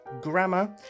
grammar